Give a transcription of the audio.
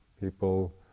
people